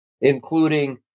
including